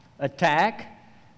attack